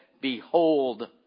behold